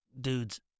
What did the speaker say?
dudes